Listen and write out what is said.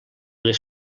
les